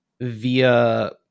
via